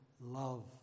love